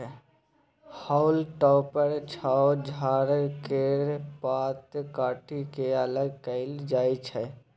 हाउल टॉपर सँ झाड़ केर पात काटि के अलग कएल जाई छै